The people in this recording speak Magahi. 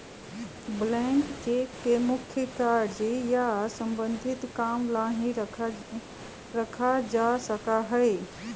ब्लैंक चेक के मुख्य कार्य या सम्बन्धित काम ला ही रखा जा सका हई